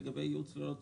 לגבי ייעוץ ללא תשלום,